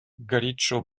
горячо